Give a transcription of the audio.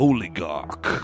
Oligarch